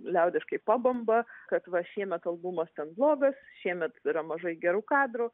liaudiškai pabamba kad va šiemet albumas ten blogas šiemet yra mažai gerų kadrų